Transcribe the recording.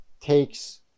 takes